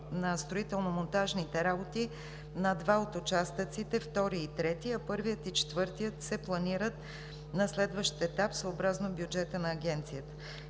на строително-монтажните работи на два от участъците – втори и трети, а първият и четвъртият се планират на следващ етап съобразно бюджета на Агенцията.